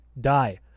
die